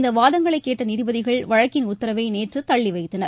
இந்தவாதங்களைக் கேட்டநீதிபதிகள் வழக்கின் உத்தரவைநேற்றுதள்ளிவைத்தனர்